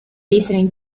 listening